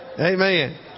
Amen